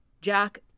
Jack